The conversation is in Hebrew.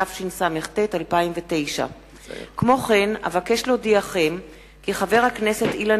התשס"ט 2009. כמו כן אבקש להודיעכם כי חבר הכנסת אילן